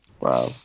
Wow